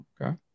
Okay